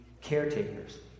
caretakers